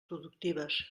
productives